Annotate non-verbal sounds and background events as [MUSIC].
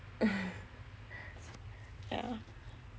[LAUGHS] yah